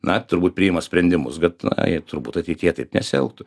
na turbūt priima sprendimus kad ai turbūt ateityje taip nesielgtų